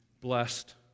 blessed